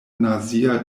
nazia